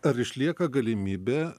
ar išlieka galimybė